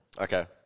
Okay